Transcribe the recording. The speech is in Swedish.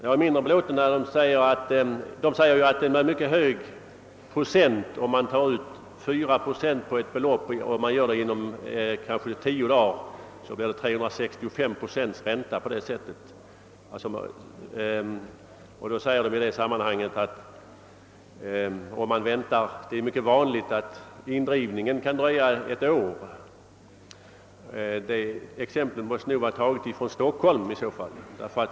Jag är mindre belåten med det avsnitt, där motionärerna anför att det, om man väntar med betalningen till dess att indrivning sker, kan dröja ett helt år. Detta exempel måste ha tagits från Stockholm.